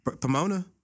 Pomona